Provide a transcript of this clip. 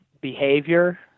behavior